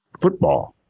football